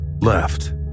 Left